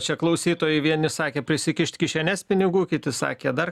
čia klausytojai vieni sakė prisikišt kišenes pinigų kiti sakė dar